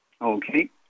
Okay